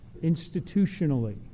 institutionally